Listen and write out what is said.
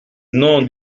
non